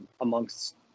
amongst